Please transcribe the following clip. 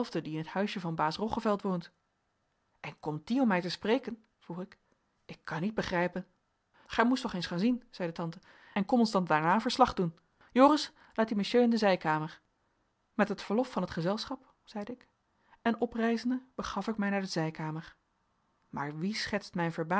die in het huisje van baas roggeveld woont en komt die om mij te spreken vroeg ik ik kan niet begrijpen gij moest toch eens gaan zien zeide tante en kom ons dan daarna verslag doen joris laat dien monsieur in de zijkamer met het verlof van het gezelschap zeide ik en oprijzende begaf ik mij naar de zijkamer maar wie schetst mijn